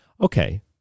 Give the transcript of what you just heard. Okay